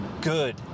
good